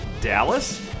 Dallas